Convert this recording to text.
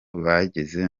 bageze